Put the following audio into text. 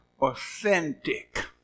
Authentic